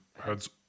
heads